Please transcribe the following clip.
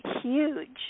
huge